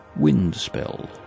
Windspell